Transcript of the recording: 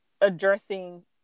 addressing